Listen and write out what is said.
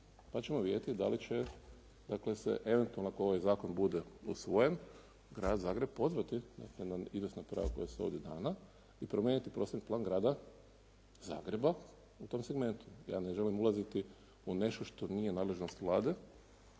pa ćemo vidjeti da li će dakle se eventualno ako ovaj zakon bude usvojen Grad Zagreb pozvati na izvjesna prava koja su ovdje dana i promijeniti prostorni plan Grada Zagreba u tom segmentu. Ja ne želim ulaziti u nešto što nije nadležnost Vlade